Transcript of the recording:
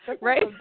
Right